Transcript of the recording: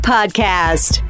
Podcast